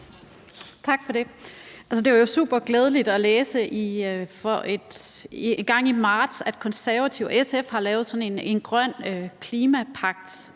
Tak for det. Det var super glædeligt at læse engang i marts, at Konservative og SF har lavet sådan en grøn klimapagt,